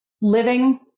living